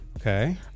Okay